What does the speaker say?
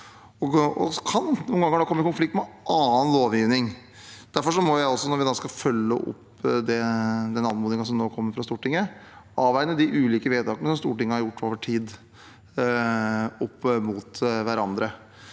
noen ganger komme i konflikt med annen lovgivning. Derfor må jeg også – når vi skal følge opp den anmodningen som nå kommer fra Stortinget – veie de ulike vedtakene som Stortinget har gjort over tid, opp mot hverandre.